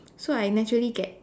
so I naturally get